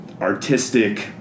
artistic